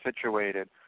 situated